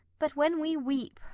but, when we weep,